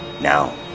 Now